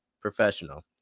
professional